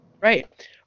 Right